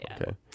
Okay